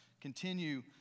continue